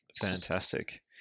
Fantastic